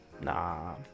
Nah